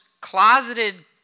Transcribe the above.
closeted